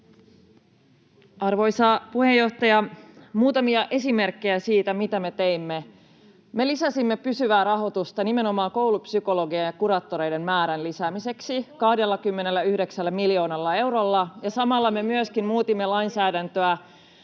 Arvoisa puheenjohtaja! Muutamia esimerkkejä siitä, mitä me teimme: Me lisäsimme pysyvää rahoitusta nimenomaan koulupsykologien ja kuraattorien määrän lisäämiseksi 29 miljoonalla eurolla, ja samalla me myöskin muutimme lainsäädäntöä,